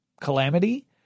calamity